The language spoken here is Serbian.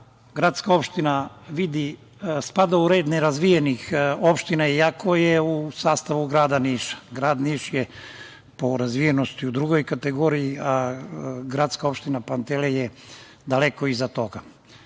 gradska opština vidi, spada u red ne razvijenih opština iako je u sastavu grada Niša. Grad Niš je po razvijenosti u drugoj kategoriji, a GO Pantelej je daleko iza toga.